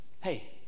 Hey